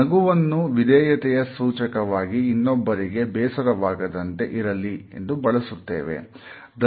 ನಗುವನ್ನು ವಿಧೇಯತೆಯ ಸೂಚಕವಾಗಿ ಇನ್ನೊಬ್ಬರಿಗೆ ಬೇಸರವಾಗದಂತೆ ಇರಲಿ ಬಳಸುತ್ತೇವೆ